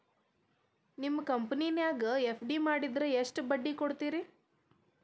ನಿಮ್ಮ ಕಂಪನ್ಯಾಗ ಎಫ್.ಡಿ ಮಾಡಿದ್ರ ಎಷ್ಟು ಬಡ್ಡಿ ಕೊಡ್ತೇರಿ?